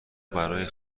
برای